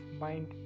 mind